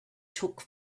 took